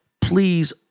please